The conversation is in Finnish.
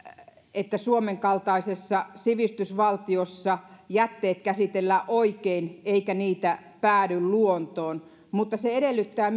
että suomen kaltaisessa sivistysvaltiossa jätteet käsitellään oikein eikä niitä päädy luontoon mutta se edellyttää